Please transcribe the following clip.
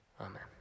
Amen